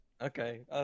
Okay